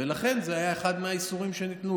ולכן זה היה אחד מהאיסורים שניתנו.